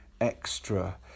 extra